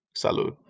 salud